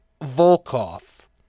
Volkov